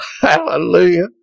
Hallelujah